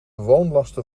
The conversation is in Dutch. woonlasten